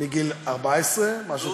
מגיל 14, משהו כזה.